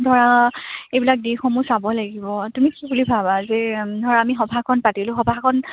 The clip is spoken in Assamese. ধৰা এইবিলাক দিশসমূহ চাব লাগিব তুমি কি বুলি ভাবা যে ধৰা আমি সভাখন পাতিলোঁ সভাখন